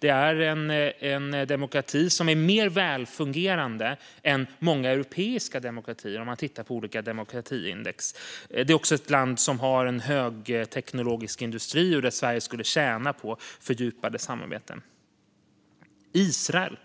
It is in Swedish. Det är en mer välfungerande demokrati än många europeiska demokratier om man tittar på olika demokratiindex. Det är också ett land som har en högteknologisk industri, och Sverige skulle tjäna på fördjupade samarbeten. Israel,